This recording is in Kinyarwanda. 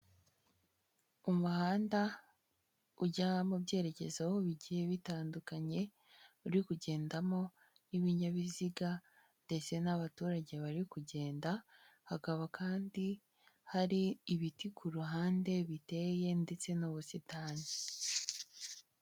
Umuhanda ujya mu byerekeza bigiye bitandukanye uri kugendamo n'ibinyabiziga ndetse n'abaturage bari kugenda, hakaba kandi hari ibiti ku ruhande biteye ndetse n'ubusitani.